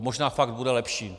Možná fakt bude lepší.